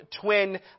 twin